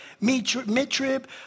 mid-trib